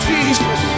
Jesus